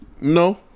no